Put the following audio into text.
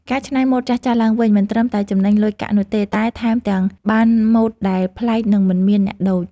ការច្នៃម៉ូដចាស់ៗឡើងវិញមិនត្រឹមតែចំណេញលុយកាក់នោះទេ តែថែមទាំងបានម៉ូដដែលប្លែកនិងមិនមានអ្នកដូច។